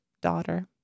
daughter